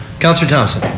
counsellor thomson.